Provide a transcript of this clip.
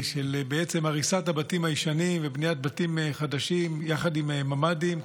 הריסת הבתים הישנים ובניית בתים חדשים יחד עם ממ"דים,